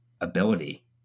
ability